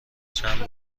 چند